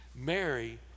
Mary